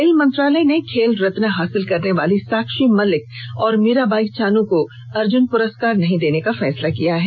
खेल मंत्रालय ने खेल रत्न हासिल करने वाली साक्षी मलिक और मीराबाई चानू को अर्जुन पुरस्कार नहीं देने का फैसला किया है